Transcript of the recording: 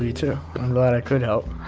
you too, i'm glad i could help.